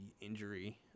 injury